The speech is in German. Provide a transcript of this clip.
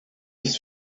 ist